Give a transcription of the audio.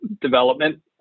development